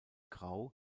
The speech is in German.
grau